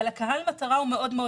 אבל קהל המטרה מוגדר מאוד.